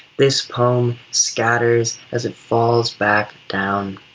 this poem scatters as it falls back down.